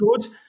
good